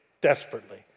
desperately